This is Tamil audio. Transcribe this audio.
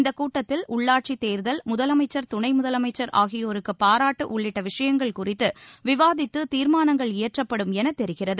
இந்தக் கூட்டத்தில் உள்ளாட்சித் தேர்தல் முதலமைச்சர் துணை முதலமைச்சர் ஆகியோருக்கு பாராட்டு உள்ளிட்ட விஷயங்கள் குறித்து விவாதித்து தீர்மானங்கள் இயற்றப்படும் என தெரிகிறது